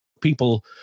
people